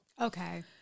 Okay